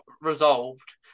resolved